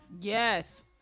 Yes